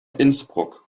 innsbruck